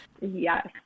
Yes